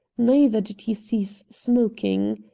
neither did he cease smoking.